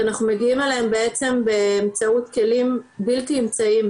כשאנחנו מגיעים אליהם בעצם באמצעות כלים בלתי אמצעיים,